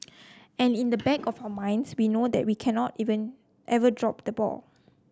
and in the back of our minds we know that we cannot even ever drop the ball